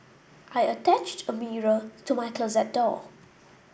I attached a mirror to my closet door